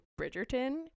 Bridgerton